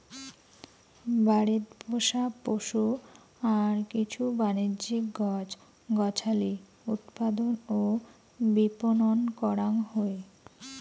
বাড়িত পোষা পশু আর কিছু বাণিজ্যিক গছ গছালি উৎপাদন ও বিপণন করাং হই